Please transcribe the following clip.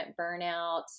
burnout